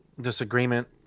disagreement